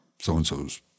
so-and-so's